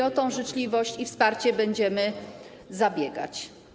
O tę życzliwość i wsparcie będziemy zabiegać.